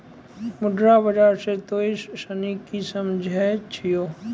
मुद्रा बाजार से तोंय सनि की समझै छौं?